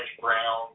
brown